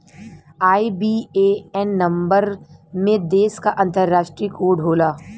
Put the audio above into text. IBAN number में देश क अंतरराष्ट्रीय कोड होला